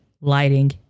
lighting